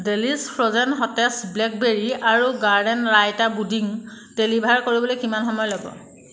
Delish frozen সতেজ blackberry আৰু garden raita pudding deliver কৰিবলৈ কিমান সময় ল'ব